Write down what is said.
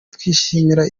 twishimira